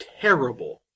terrible